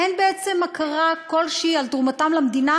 אין בעצם הכרה כלשהי על תרומתם למדינה,